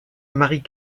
marie